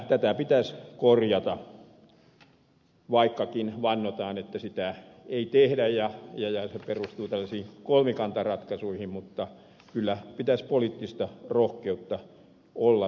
tätä pitäisi korjata vaikkakin vannotaan että sitä ei tehdä ja se perustuu tällaisiin kolmikantaratkaisuihin mutta kyllä pitäisi poliittista rohkeutta olla se korjata